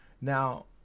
now